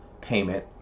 payment